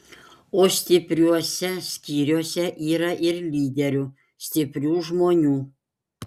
o stipriuose skyriuose yra ir lyderių stiprių žmonių